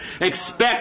Expect